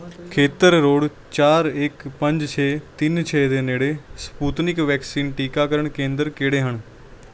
ਖੇਤਰ ਰੋਡ ਚਾਰ ਇੱਕ ਪੰਜ ਛੇ ਤਿੰਨ ਛੇ ਦੇ ਨੇੜੇ ਸਪੁਟਨਿਕ ਵੈਕਸੀਨ ਟੀਕਾਕਰਨ ਕੇਂਦਰ ਕਿਹੜੇ ਹਨ